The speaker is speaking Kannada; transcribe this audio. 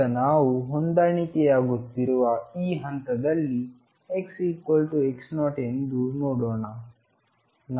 ಈಗ ನಾವು ಹೊಂದಾಣಿಕೆಯಾಗುತ್ತಿರುವ ಈ ಹಂತದಲ್ಲಿ xx0 ಎಂದು ನೋಡೋಣ